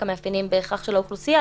המאפיינים בהכרח של האוכלוסייה,